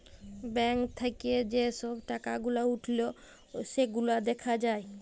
bank থাক্যে যে সব টাকা গুলা উঠল সেগুলা দ্যাখা যায়